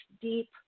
deep